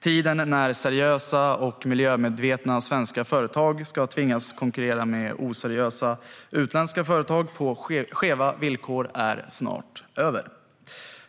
Tiden när seriösa och miljömedvetna svenska företag ska tvingas konkurrera på skeva villkor med oseriösa utländska företag är snart över.